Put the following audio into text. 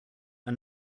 are